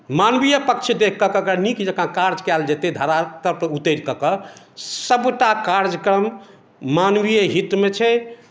मानवीय पक्ष देख कऽ नीक जेकाॅं कार्य कयल जेतै धरातल पर उतरि कऽ सबटा कार्यक्रम मानवीय हित मे छै